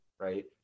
right